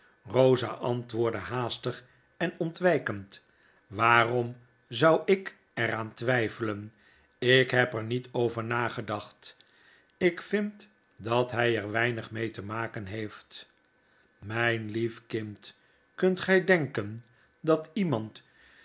rosa antwoordde haastig en ontwpend waarom zou ik er aan twyfelen ik heb er niet over nagedacht ik vind dat hij erweinig mee te maken heeft mijn lieve kind kunt gij denken dat iemand